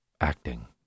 Acting